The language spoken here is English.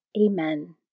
Amen